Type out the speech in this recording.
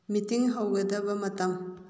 meeting ꯍꯧꯒꯗꯕ ꯃꯇꯝ